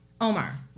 Omar